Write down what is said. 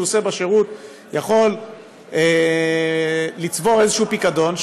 עושה בשירות הוא יכול לצבור איזשהו פיקדון,